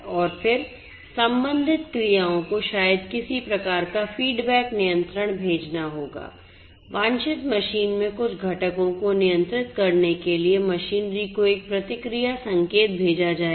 और फिर संबंधित क्रियाओं को शायद किसी प्रकार का फीडबैक नियंत्रण भेजना होगा वांछित मशीन में कुछ घटकों को नियंत्रित करने के लिए मशीनरी को एक प्रतिक्रिया संकेत भेजा जाएगा